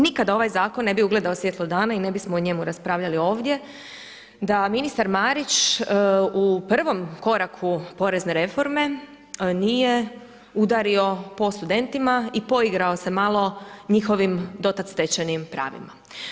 Nikada ovaj zakon ne bi ugledao svjetlo dana i ne bismo o njemu raspravljali ovdje da ministar Marić u prvom koraku porezne reforme nije udario po studentima i poigrao se malo njihovim do tad stečenim pravima.